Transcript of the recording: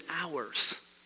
hours